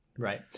Right